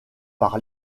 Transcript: par